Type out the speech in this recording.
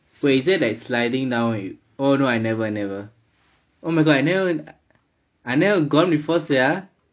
oh is it like sliding down oh no I never never oh my god I never I never gone before sia